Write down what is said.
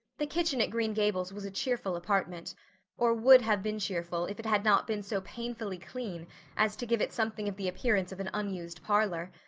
the kitchen at green gables was a cheerful apartment or would have been cheerful if it had not been so painfully clean as to give it something of the appearance of an unused parlor.